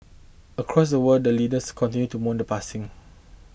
across the world leaders continued to mourn the passing